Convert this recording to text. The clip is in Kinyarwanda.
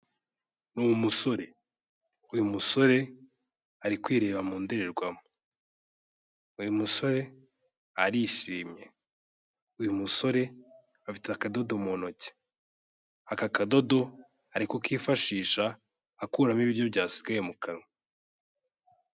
Ni umusore, uyu musore ari kwireba mu ndorerwamo, uyu musore arishimye, uyu musore afite akadodo mu ntoki, aka kadodo ari kukifashisha akuramo ibiryo byasigaye mu kanwa.